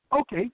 Okay